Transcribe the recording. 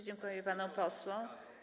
Dziękuję panom posłom.